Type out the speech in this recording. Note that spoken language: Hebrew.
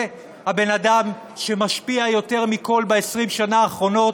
זה הבן אדם שמשפיע יותר מכול ב-20 השנים האחרונות,